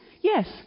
yes